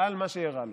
על שאירע לו"